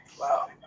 Wow